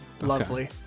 Lovely